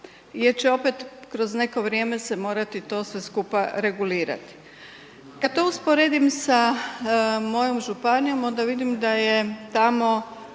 jer će opet kroz neko vrijeme se morati to sve skupa regulirati. Kad to usporedim sa mojom županijom onda vidim da je tamo